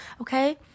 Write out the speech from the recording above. Okay